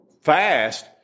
fast